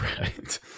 Right